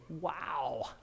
wow